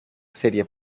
serie